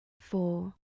four